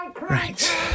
Right